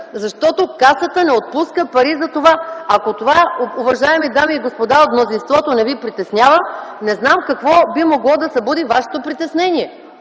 защото Касата не отпуска пари за това. Ако това, уважаеми дами и господа от мнозинството, не ви притеснява, не знам какво би могло да събуди вашето притеснение.